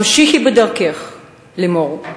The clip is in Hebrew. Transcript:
המשיכי בדרכך, לימור.